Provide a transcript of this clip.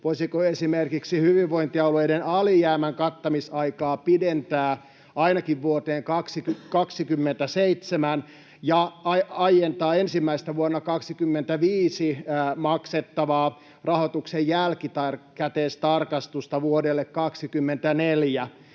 voisiko esimerkiksi hyvinvointialueiden alijäämän kattamisaikaa pidentää ainakin vuoteen 27 ja aientaa ensimmäistä vuonna 25 maksettavaa rahoituksen jälkikäteistarkastusta vuodelle 24?